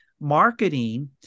marketing